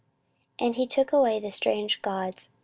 and he took away the strange gods,